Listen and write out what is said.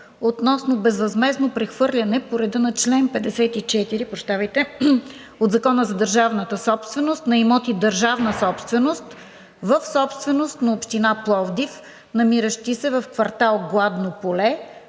относно безвъзмездно прехвърляне по реда на чл. 54 от Закона за държавната собственост на имоти държавна собственост в собственост на Община Пловдив, намиращи се в квартал „Гладно поле“